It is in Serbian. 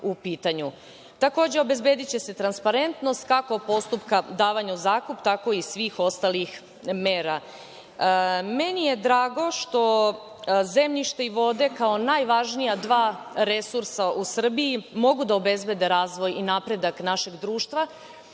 obezbediće se transparentnost, kako postupka davanja u zakup, tako i svih ostalih mera. Meni je drago što zemljište i vode, kao najvažnija dva resursa u Srbiji, mogu da obezbede razvoj i napredak našeg društva,